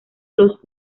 los